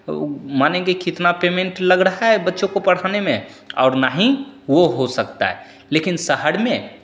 मानेंगे कितना पेमेंट लग रहा है बच्चों को पढ़ाने में और ना ही वो हो सकता है लेकिन शहर में